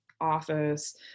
office